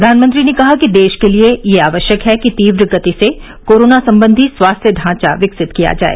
प्रधानमंत्री ने कहा कि देश के लिए यह आवश्यक है कि तीव्र गति से कोरोना संबंधी स्वास्थ्य ढांचा विकसित किया जाए